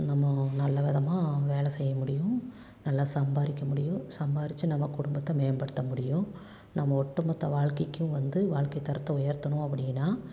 நம்ம நல்லவிதமாக வேலை செய்ய முடியும் நல்லா சம்பாதிக்க முடியும் சம்பாதிச்சு நம்ம குடும்பத்தை மேம்படுத்த முடியும் நம்ம ஒட்டு மொத்த வாழ்க்கைக்கும் வந்து வாழ்க்கை தரத்தை உயர்த்தணும் அப்படினா